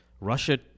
Russia